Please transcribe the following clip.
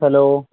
hello